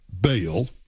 bail